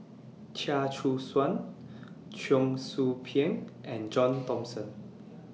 Chia Choo Suan Cheong Soo Pieng and John Thomson